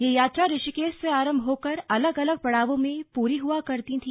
यह यात्रा ऋषिकेश से आरंभ होकर अलग अलग पड़ावों में पूरी हुआ करती थी